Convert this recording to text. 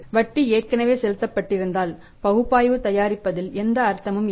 வட்டி ஏற்கனவே செலுத்தப்பட்டிருந்தால்பகுப்பாய்வு தயாரிப்பதில் எந்த அர்த்தமும் இல்லை